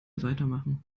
weitermachen